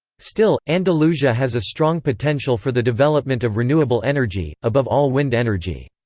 still, andalusia has a strong potential for the development of renewable energy, above all wind energy.